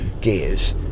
gears